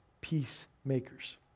peacemakers